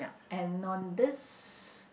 and on this